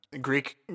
Greek